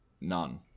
none